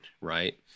right